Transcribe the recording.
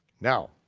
now,